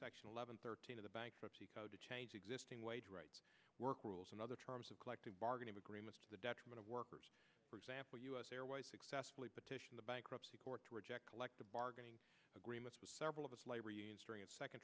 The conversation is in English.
section eleven thirteen of the bankruptcy code to change existing wage rights work rules and other terms of collective bargaining agreements to the detriment of workers for example u s airways successfully petition the bankruptcy court to reject collective bargaining agreements with several of us labor union string of second